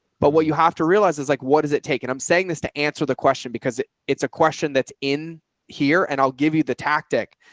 but what you have to realize is like, what does it take? and i'm saying this to answer the question, because it's a question that's in here and i'll give you the tactic.